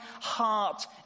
heart